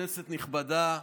כנסת נכבדה,